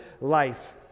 life